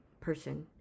person